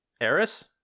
Eris